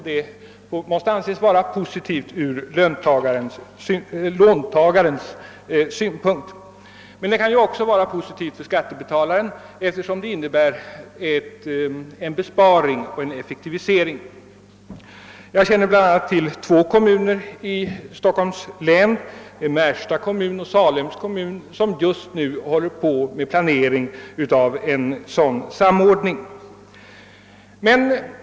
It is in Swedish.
Detta måste anses vara gynnsamt från låntagarens synpunkt och kanske också från skattebetalarens, eftersom det innebär en besparing och effektivisering. Jag känner bl.a. till två kommuner i Stockholms län, Märsta och Salem, som just nu håller på med planering av en sådan samordning.